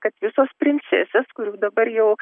kad visos princesės kurių dabar jau